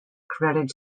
credited